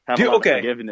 okay